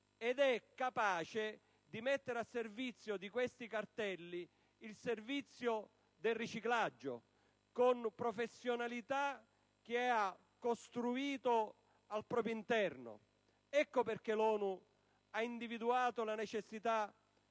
ed è capace di mettere a disposizione di tali cartelli il servizio del riciclaggio, con professionalità che ha costruito al proprio interno. Ecco perché l'ONU ha individuato la necessità